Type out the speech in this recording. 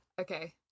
Okay